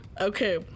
Okay